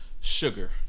Sugar